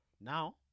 now